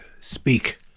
Speak